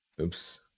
Oops